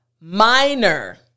minor